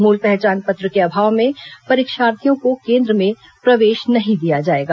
मूल पहचान पत्र के अभाव में परीक्षार्थियों को केन्द्र में प्रवेश नहीं दिया जाएगा